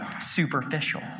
superficial